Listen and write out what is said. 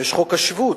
יש חוק השבות.